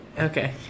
Okay